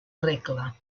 regla